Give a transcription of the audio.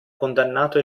condannato